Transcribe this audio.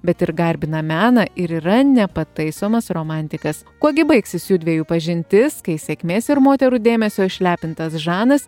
bet ir garbina meną ir yra nepataisomas romantikas kuo gi baigsis jųdviejų pažintis kai sėkmės ir moterų dėmesio išlepintas žanas